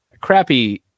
crappy